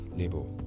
labor